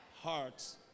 Hearts